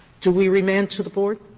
do we remand to the board?